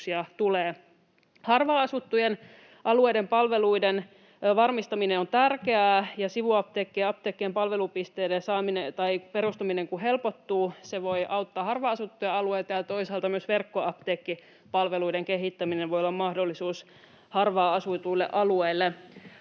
Harvaan asuttujen alueiden palveluiden varmistaminen on tärkeää. Kun sivuapteekkien ja apteekkien palvelupisteiden perustaminen helpottuu, se voi auttaa harvaan asuttuja alueita. Toisaalta myös verkkoapteekkipalveluiden kehittäminen voi olla mahdollisuus harvaan asutuille alueille.